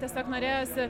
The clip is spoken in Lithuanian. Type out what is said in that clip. tiesiog norėjosi